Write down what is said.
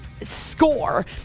score